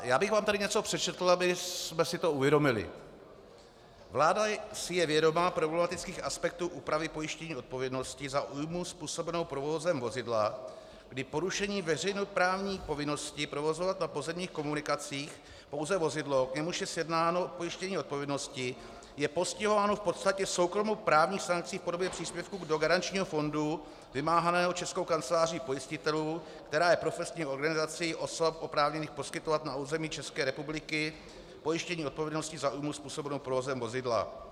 Já bych vám tady něco přečetl, abychom si to uvědomili: Vláda si je vědoma problematických aspektů úpravy pojištění odpovědnosti za újmu způsobenou provozem vozidla, kdy porušení veřejnoprávní povinnosti provozovat na pozemních komunikacích pouze vozidlo, k němuž je sjednáno pojištění odpovědnosti, je postihováno v podstatě soukromou právní sankcí v podobě příspěvku do garančního fondu vymáhaného Českou kanceláří pojistitelů, která je profesní organizací osob oprávněných poskytovat na území České republiky pojištění odpovědnosti za újmu způsobenou provozem vozidla.